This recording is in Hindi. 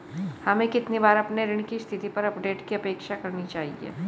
हमें कितनी बार अपने ऋण की स्थिति पर अपडेट की अपेक्षा करनी चाहिए?